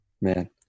Man